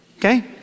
Okay